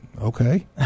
okay